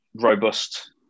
robust